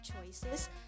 choices